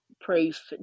proof